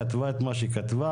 כתבה את מה שכתבה,